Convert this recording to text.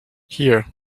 here